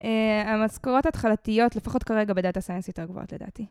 המשכורות התחלתיות לפחות כרגע בדאטה סיינס יותר גבוהות לדעתי.